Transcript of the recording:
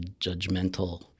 judgmental